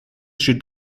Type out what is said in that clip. steht